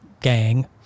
gang